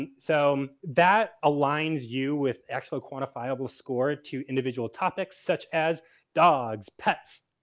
so, that aligns you with excellent quantifiable score to individual topics such as dogs, pets,